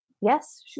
yes